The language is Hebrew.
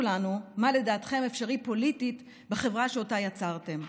לנו מה לדעתכם אפשרי פוליטית בחברה שאותה יצרתם.